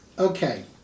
Okay